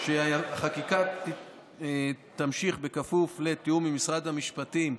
החקיקה תמשיך בכפוף לתיאום עם משרד המשפטים,